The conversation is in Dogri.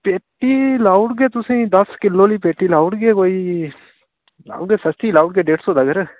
पेटी लाऊ ओड़गे तुसें गी दस किल्लो आह्ली पेटी लाऊ ओड़गे कोई लाई ओड़गे सस्ती लाऊ ओड़गे डेढ़ सौ तकर